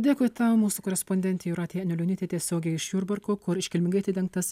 dėkui tau mūsų korespondentė jūratė anilionytė tiesiogiai iš jurbarko kur iškilmingai atidengtas